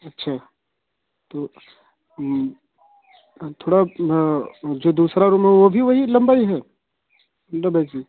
अच्छा तो थोड़ा जो दूसरा रूम है वह भी वही लंबाई है दो बई की